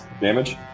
Damage